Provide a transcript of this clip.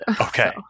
Okay